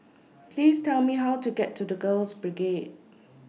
Please Tell Me How to get to The Girls Brigade